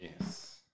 Yes